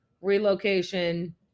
relocation